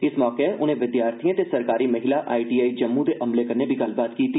इस मौके उनें विद्यार्थिएं ते सरकारी महिला आईटीआई जम्मू दे अमले कन्नै बी गल्लबात कीती